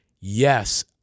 yes